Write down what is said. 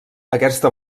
aquesta